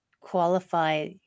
qualify